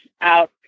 out